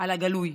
על הגלוי.